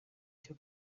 cyo